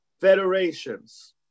federations